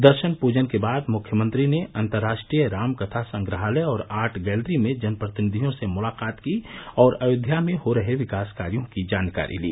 दर्शन पूजन के बाद मुख्यमंत्री ने अन्तर्राष्ट्रीय रामकथा संग्रहालय और आर्ट गैलरी में जन प्रतिनिधियों से मुलाकात की और अयोध्या में हो रहे विकास कार्यों की जानकारी ली